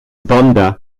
vonda